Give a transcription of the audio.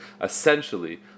essentially